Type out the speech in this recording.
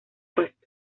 puesto